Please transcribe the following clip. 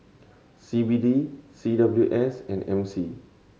C B D C W S and M C